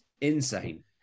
insane